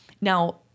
now